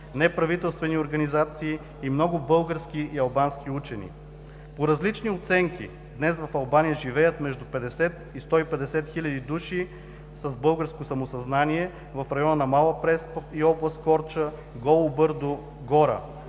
неправителствени организации и много български и албански учени. По различни оценки днес в Албания живеят между 50 и 150 хил. души с българско самосъзнание в района на Мала Преспа и област Корча, Голо бърдо, Гора.